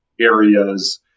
areas